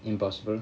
impossible